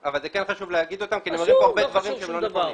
זה כן חשוב לומר אותם כי נאמרו כאן הרבה דברים שהם לא נכונים.